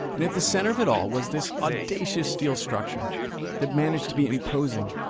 and at the center of it all was this audacious steel structure that managed to be imposing,